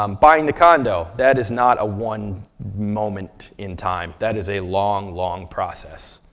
um buying the condo. that is not a one moment in time. that is a long, long process.